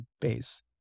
base